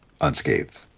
unscathed